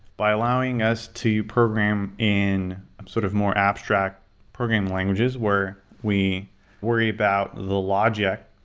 by allowing us to program in a sort of more abstract programming languages where we worry about the logic,